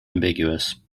ambiguous